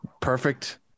Perfect